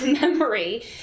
memory